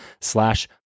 slash